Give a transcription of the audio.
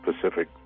Pacific